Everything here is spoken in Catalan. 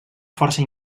força